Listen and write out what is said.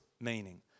meaning